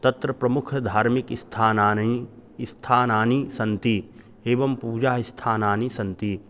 तत्र प्रमुखधार्मिकस्थानानि स्थानानि सन्ति एवं पूजा स्थानानि सन्ति